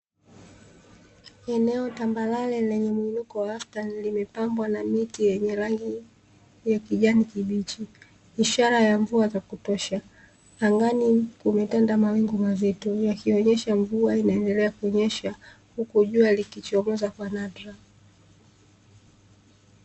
Eneo tambarare lenye muinuko wa wastani, limepambwa na miti yenye rangi ya kijani kibichi ishara ya mvua za kutosha, angani kumetanda mawingu mazito yakionyesha mvua inaendelea kunyesha, huku jua likichomoza kwa nadra.